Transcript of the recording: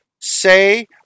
say